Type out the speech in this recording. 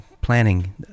planning